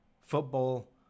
football